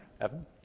Evan